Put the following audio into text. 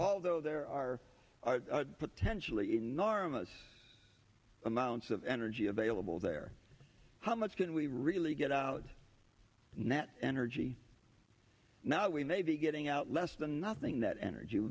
although there are potentially enormous amounts of energy available there how much can we really get out net energy now we may be getting out less than nothing that energy